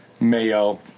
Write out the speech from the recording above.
Mayo